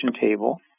table